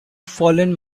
fallen